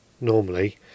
normally